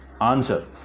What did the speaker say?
Answer